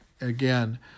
again